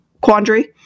quandary